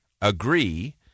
agree